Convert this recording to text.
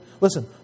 Listen